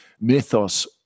mythos